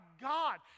God